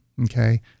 Okay